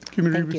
community but